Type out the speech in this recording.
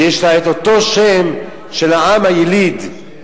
ויש לו אותו שם של העם היליד,